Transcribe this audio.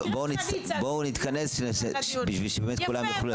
בואו נתכנס בשביל שבאמת כולם יספיקו לדבר.